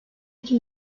iki